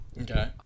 Okay